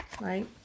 right